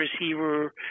receiver